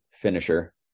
finisher